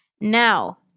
Now